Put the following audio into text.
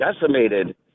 decimated